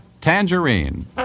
Tangerine